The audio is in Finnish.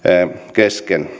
kesken